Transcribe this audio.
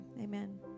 amen